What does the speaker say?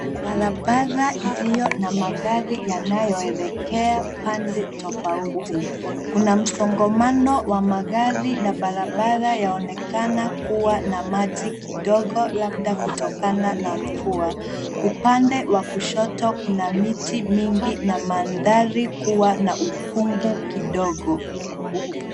Barabara iliyo na magari yanayoelekea pande tofauti. Kuna msongamano wa magari na barabara yaonekana kuwa na maji kidogo labda kutokana na mvua. Upande wa kushoto kuna miti mingi na mandhari kuwa na ukungu kidogo.